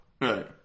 Right